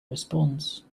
response